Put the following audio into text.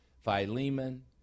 Philemon